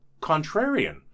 contrarian